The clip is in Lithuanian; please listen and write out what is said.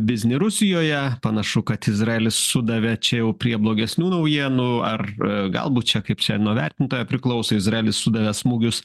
biznį rusijoje panašu kad izraelis sudavė čia jau prie blogesnių naujienų ar galbūt čia kaip čia nuo vertintojo priklauso izraelis sudavė smūgius